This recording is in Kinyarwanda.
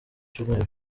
cyumweru